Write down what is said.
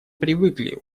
привыкли